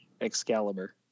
Excalibur